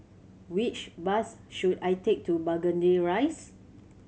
which bus should I take to Burgundy Rise